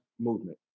movement